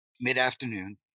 mid-afternoon